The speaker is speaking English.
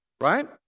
right